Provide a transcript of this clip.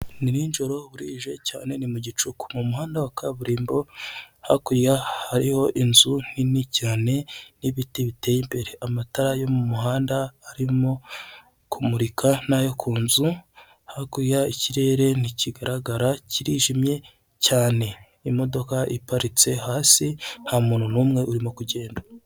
Ni ninjoro burije cyane ni mu gicuku, mu muhanda wa kaburimbo hakurya hariho inzu nini cyane n'ibiti biteye imbere, amatara yo mu muhanda arimo kumurika n'ayo ku inzu, hakurya ikirere ntikigaragara kirijimye cyane, imodoka iparitse hasi nta muntu uri kugenda.